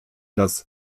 das